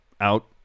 out